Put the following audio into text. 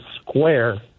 Square